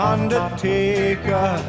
Undertaker